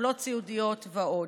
מטפלות סיעודיות ועוד.